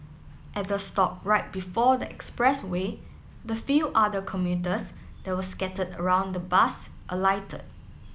at the stop right before the expressway the few other commuters that were scattered around the bus alighted